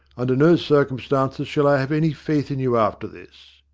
under no circumstances shall i have any faith in you after this.